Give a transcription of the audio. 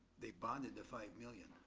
they've bonded the five million.